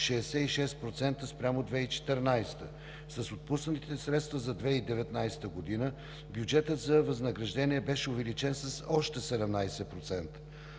66% спрямо 2014 г. С отпуснатите средства за 2019 г. бюджетът за възнаграждение беше увеличен с още 17%.